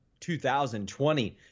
2020